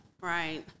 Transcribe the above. right